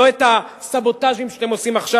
לא הסבוטאז'ים שאתם עושים עכשיו.